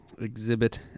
Exhibit